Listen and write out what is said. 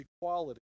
Equality